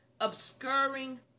Obscuring